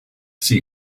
sea